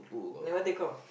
never take off